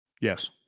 Yes